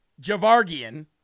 Javargian